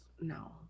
no